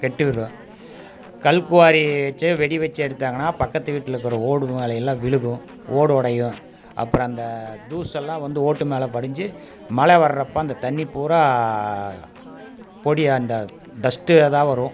கெட்டுவிடும் கல்குவாரி வச்சு வெடி வச்சு எடுத்தாங்கன்னா பக்கத்து வீட்லக்கிற ஓடு மேலேயெல்லாம் விழும் ஓடு உடையும் அப்பறம் அந்த தூசெல்லாம் வந்து ஓட்டு மேலே படிஞ்சு மழை வரப்போஅந்த தண்ணிர் பூரா பொடி அந்த டஸ்ட் அதுதான் வரும்